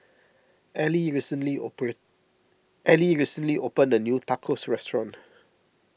Ally recently open Ally recently opened a new Tacos restaurant